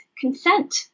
consent